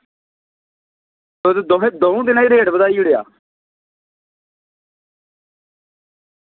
तुसें तुसें दं'ऊ दिनें च रेट बधाई ओड़ेओ